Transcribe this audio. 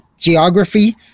Geography